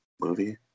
movie